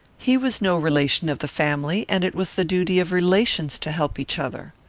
he was no relation of the family, and it was the duty of relations to help each other.